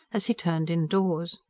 as he turned indoors.